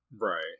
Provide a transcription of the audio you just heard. Right